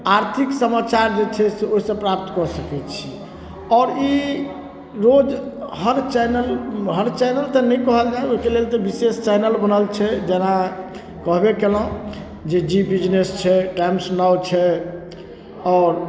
आर्थिक समाचार जे छै से ओहिसँ प्राप्त कऽ सकै छी आओर ई रोज हर चेनल हर चेनल तऽ नहि कहल जाय ओहिके लेल तऽ बिशेष चेनल बनल छै जेना कहबे केलहुॅं जे जी बिजनेस छै टाइम्स नाउ छै आओर